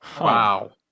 wow